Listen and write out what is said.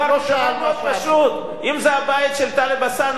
דבר מאוד פשוט: אם זה הבית של טלב אלסאנע